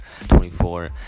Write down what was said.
24